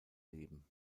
leben